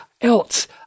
else